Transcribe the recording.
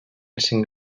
cinc